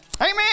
Amen